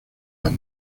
las